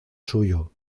suyo